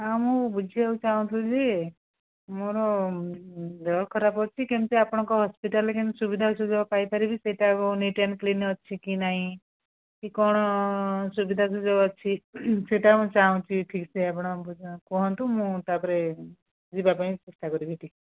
ହଁ ମୁଁ ବୁଝିବାକୁ ଚାହୁଁଥିଲି ଯେ ମୋର ଦେହ ଖରାପ ଅଛି କେମିତି ଆପଣଙ୍କ ହସ୍ପିଟାଲରେ କେମିତି ସୁବିଧା ସୁଯୋଗ ପାଇପାରିବି ସେଇଟା ଏବଂ ନିଟ୍ ଆଣ୍ଡ କ୍ଲିନ୍ ଅଛିକି ନାଇଁ କି କ'ଣ ସୁବିଧା ସୁଯୋଗ ଅଛି ସେଇଟା ମୁଁ ଚାହୁଁଛି ଠିକସେ ଆପଣ ବୁ କୁହନ୍ତୁ ମୁଁ ତା'ପରେ ଯିବାପାଇଁ ଚେଷ୍ଟାକରିବି ଟିକିଏ